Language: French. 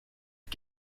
une